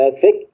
thick